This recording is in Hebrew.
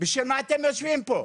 בשביל מה אתם יושבים פה?